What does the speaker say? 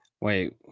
Wait